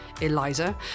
Eliza